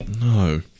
No